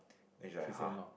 then she's like [huh]